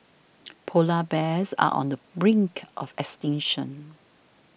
Polar Bears are on the brink of extinction